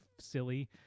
silly